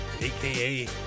aka